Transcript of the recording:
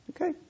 okay